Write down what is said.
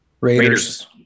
Raiders